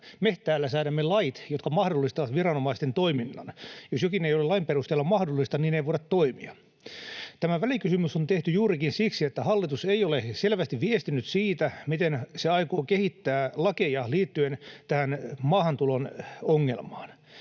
me täällä säädämme lait, jotka mahdollistavat viranomaisten toiminnan, ja jos jokin ei ole lain perusteella mahdollista, niin ei voida toimia. Tämä välikysymys on tehty juurikin siksi, että hallitus ei ole selvästi viestinyt siitä, miten se aikoo kehittää lakeja liittyen tähän maahantulon ongelmaan.